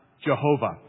Jehovah